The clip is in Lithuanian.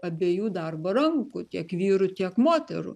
abiejų darbo rankų tiek vyrų tiek moterų